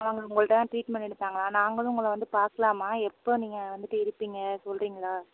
அவங்க உங்கள்கிட்ட தான் டிரீட்மெண்ட் எடுத்தாங்கலாம் நாங்களும் உங்களை வந்து பார்க்கலாமா எப்போ நீங்கள் வந்துட்டு இருப்பீங்க சொல்கிறிங்களா